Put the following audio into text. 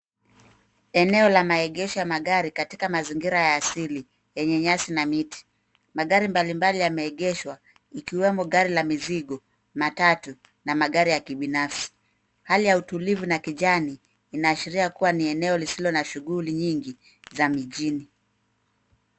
Eneo la maegesho ya magari katika mazingira ya asili, yenye nyasi na miti. Magari mbali mbali yameegeshwa, ikiwemo gari la mizigo, matatu, na magari ya kibinafsi. Hali ya utulivu na kijani, inaashiria kua ni eneo lisilo na shughuli nyingi, za mijini.